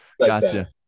gotcha